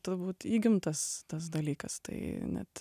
turbūt įgimtas tas dalykas tai net